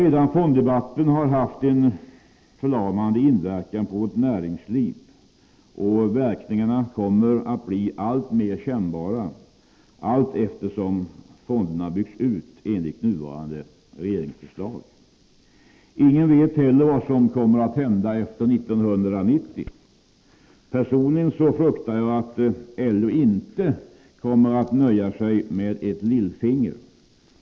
Fonddebatten har redan haft en förlamande inverkan på vårt näringsliv, och verkningarna kommer att bli alltmer kännbara allteftersom kollektivfonderna byggs ut enligt nuvarande regeringsförslag. Ingen vet heller vad som kommer att hända efter 1990. Personligen fruktar jag att LO inte kommer att nöja sig med ett lillfinger.